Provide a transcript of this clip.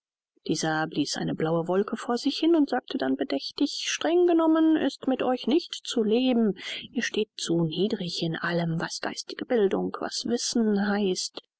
dieser blies eine blaue wolke vor sich hin und sagte dann bedächtig streng genommen ist mit euch nicht zu leben ihr steht zu niedrig in allem was geistige bildung was wissen heißt